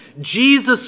Jesus